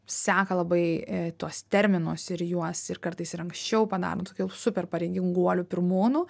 seka labai tuos terminus ir juos ir kartais ir anksčiau padaro tokių jau super pareiginguolių pirmūnų